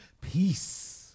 Peace